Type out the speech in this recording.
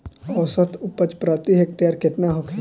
औसत उपज प्रति हेक्टेयर केतना होखे?